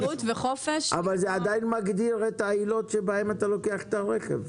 זה עדיין מגדיר את העילות בהן אתה לוקח את הרכב.